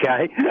okay